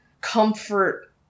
comfort